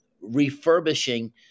refurbishing